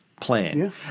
plan